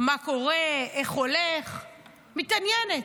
מה קורה, איך הולך, מתעניינת.